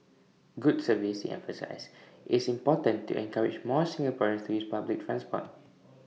good service he emphasised is important to encourage more Singaporeans to use public transport